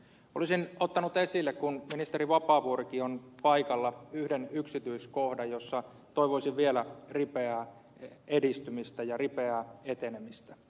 olisin ottanut esille kun ministeri vapaavuorikin on paikalla yhden yksityiskohdan jossa toivoisin vielä ripeää edistymistä ja ripeää etenemistä